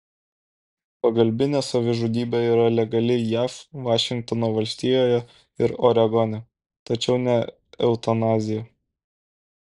pagalbinė savižudybė yra legali jav vašingtono valstijoje ir oregone tačiau ne eutanazija